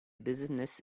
business